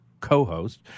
co-host